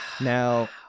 Now